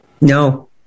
No